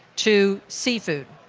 to seafood.